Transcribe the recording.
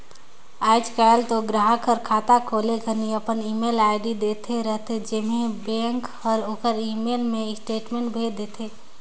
आयज कायल तो गराहक हर खाता खोले घनी अपन ईमेल आईडी देहे रथे जेम्हें बेंक हर ओखर ईमेल मे स्टेटमेंट भेज देथे